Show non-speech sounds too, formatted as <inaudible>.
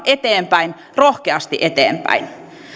<unintelligible> eteenpäin rohkeasti eteenpäin